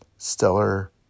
stellar